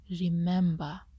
remember